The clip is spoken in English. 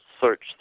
search